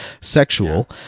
sexual